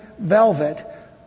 velvet